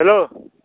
hello